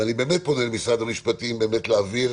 אני באמת פונה למשרד המשפטים להעביר